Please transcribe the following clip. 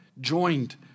joined